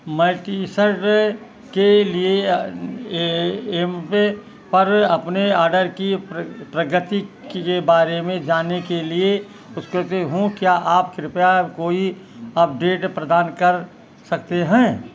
मैं T shirt के लिए ए एपम पर अपने ऑर्डर की प्रगति के बारे में जानने के लिए उसकुत हूँ क्या आप कृपया कोई अपडेट प्रदान कर सकते हैं